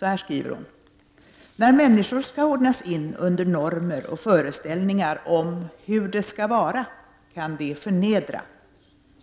Hon skriver följande: ”När människor skall ordnas in under normer och föreställningar om ”hur det skall vara” kan det förnedra.